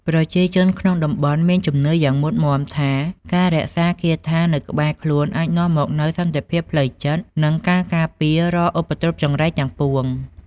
ប្រជាជនក្នុងតំបន់មានជំនឿយ៉ាងមុតមាំថាការរក្សាគាថានៅក្បែរខ្លួនអាចនាំមកនូវសន្តិភាពផ្លូវចិត្ត និងការការពារពីរាល់ឧបទ្រពចង្រៃទាំងពួង។